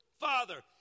Father